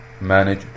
manage